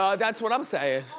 um that's what i'm saying.